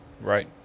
Right